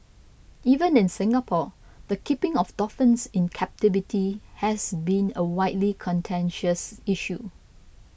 even in Singapore the keeping of dolphins in captivity has been a widely contentious issue